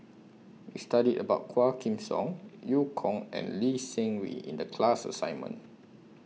We studied about Quah Kim Song EU Kong and Lee Seng Wee in The class assignment